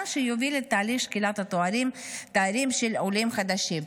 שיוביל את תהליך שקילת התארים של העולים החדשים.